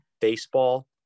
baseball